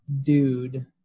dude